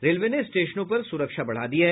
railway ने स्टेशनों पर सुरक्षा बढ़ा दी है